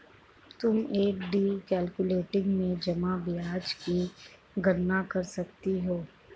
तुम FD calculator में जमा ब्याज की गणना कर सकती हो